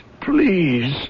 please